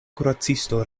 kuracisto